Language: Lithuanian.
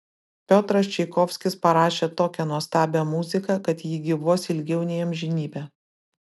piotras čaikovskis parašė tokią nuostabią muziką kad ji gyvuos ilgiau nei amžinybę